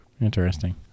interesting